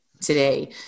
today